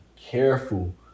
careful